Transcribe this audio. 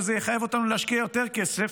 שזה יחייב אותנו להשקיע יותר כסף,